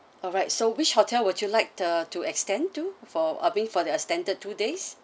alright so which hotel would you like the to extend to for I mean for the extended two days